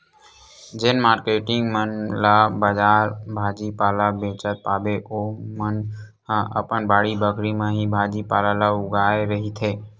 जेन मारकेटिंग मन ला बजार भाजी पाला बेंचत पाबे ओमन ह अपन बाड़ी बखरी म ही भाजी पाला ल उगाए रहिथे